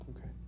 Okay